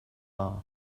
off